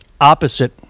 opposite